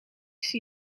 zie